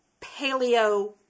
paleo